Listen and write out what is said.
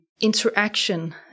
interaction